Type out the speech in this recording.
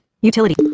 Utility